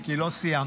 כי לא סיימתי.